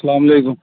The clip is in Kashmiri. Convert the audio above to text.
اسلام علیکم